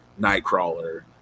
Nightcrawler